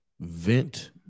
vent